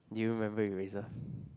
do you remember eraser